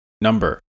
number